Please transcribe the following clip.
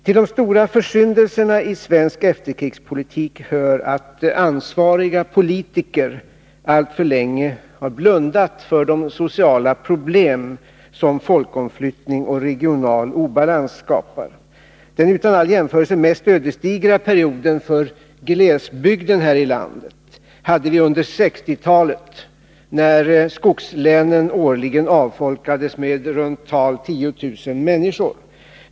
Till de stora försyndelserna i svensk efterkrigspolitik hör att ansvariga politiker alltför länge blundade för de sociala problemen som folkomflyttning och regional obalans skapar. Den utan all jämförelse mest ödesdigra perioden för glesbygden i detta land hade vi under 1960-talet när skogslänen årligen avfolkades med runt 10 000 människor.